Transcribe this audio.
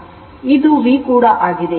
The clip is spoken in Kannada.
ಆದ್ದರಿಂದ ಇದು V ಕೂಡ ಆಗಿದೆ